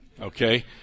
Okay